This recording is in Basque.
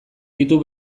ditu